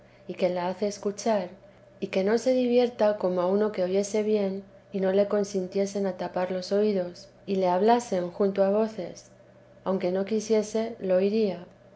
y que la hace escuchar y que no se divierta como a uno que oyese bien y no le consintiesen acapar los oídos y le hablasen junto a voces aunque no quisiese lo oiría